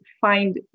find